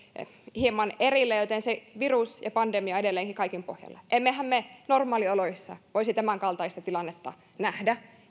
hieman erilleen joten se virus ja pandemia on edelleenkin kaiken pohjalla emmehän me normaalioloissa voisi tämänkaltaista tilannetta nähdä